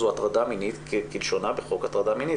זו הטרדה מינית כלשונה בחוק הטרדה מינית.